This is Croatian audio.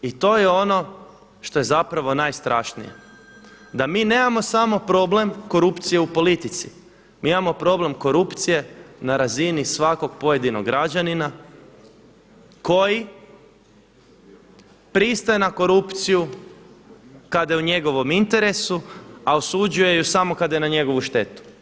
I to je ono što je zapravo najstrašnije, da mi nemamo samo problem korupcije u politici, mi imamo problem korupcije na razini svakog pojedinog građanina koji pristaje na korupciju kada je u njegovom interesu, a osuđuje ju samo kada je na njegovu štetu.